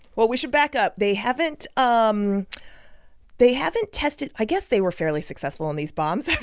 well, we should back up. they haven't um they haven't tested i guess they were fairly successful in these bombs.